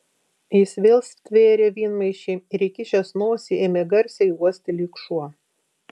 jis vėl stvėrė vynmaišį ir įkišęs nosį ėmė garsiai uosti lyg šuo